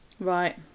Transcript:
right